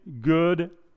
good